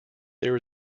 there